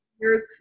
years